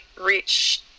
reach